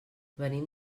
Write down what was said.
venim